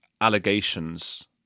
allegations